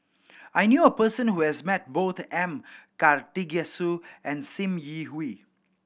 I knew a person who has met both M Karthigesu and Sim Yi Hui